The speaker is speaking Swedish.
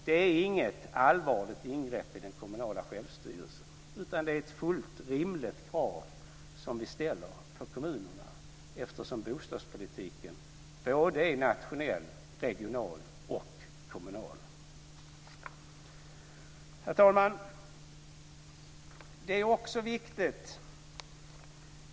Det är inget allvarligt ingrepp i den kommunala självstyrelsen, utan det är ett fullt rimligt krav som vi ställer på kommunerna eftersom bostadspolitiken både är nationell, regional och kommunal. Herr talman!